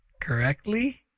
correctly